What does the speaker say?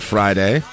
Friday